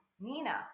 Nina